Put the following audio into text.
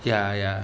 ya ya